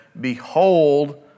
Behold